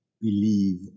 Believe